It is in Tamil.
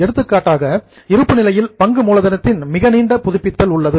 எடுத்துக்காட்டாக இருப்பு நிலையில் பங்கு மூலதனத்தின் மிக நீண்ட புதுப்பித்தல் உள்ளது